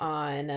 on